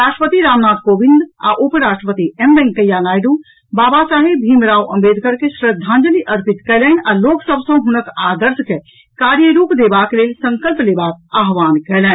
राष्ट्रपति रामनाथ कोविंद आ उप राष्ट्रपति एम वेंकैया नायडू बाबा साहेब भीमराव अम्बेदकर के श्रद्धांजलि अर्पित कयलनि आ लोक सभ सँ हुनक आदर्श के कार्यरूप देबाक लेल संकल्प लेबाक आह्वान कयलनि